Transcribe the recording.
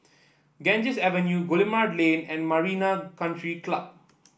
Ganges Avenue Guillemard Lane and Marina Country Club